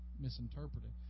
misinterpreted